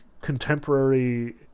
contemporary